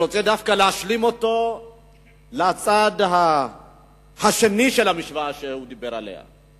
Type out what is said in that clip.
אני רוצה דווקא להשלים אותו בצד השני של המשוואה שהוא דיבר עליה.